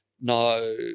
No